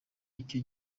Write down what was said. icyo